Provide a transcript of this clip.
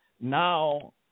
Now